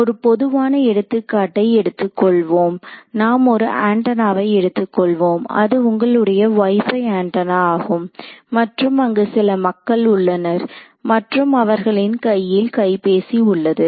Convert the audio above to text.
ஒரு பொதுவான எடுத்துக்காட்டை எடுத்துக்கொள்வோம் நாம் ஒரு ஏண்டனாவை எடுத்துக்கொள்வோம் அது உங்களுடைய wi fi ஏண்டனா ஆகும் மற்றும் அங்கு சில மக்கள் உள்ளனர் மற்றும் அவர்களின் கையில் கைபேசி உள்ளது